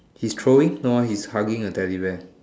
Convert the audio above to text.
he's throwing no eh he's hugging a teddy bear